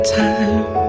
time